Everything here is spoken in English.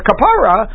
Kapara